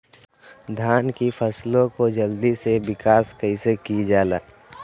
धान की फसलें को जल्दी से विकास कैसी कि जाला?